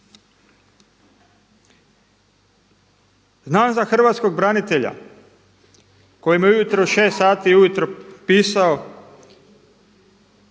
Znam za hrvatskog branitelja koji mi je u 6 sati ujutro pisao,